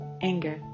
anger